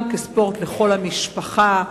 גם כספורט לכל המשפחה,